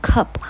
Cup